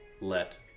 let